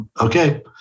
Okay